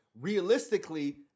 realistically